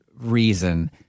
reason